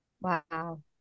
wow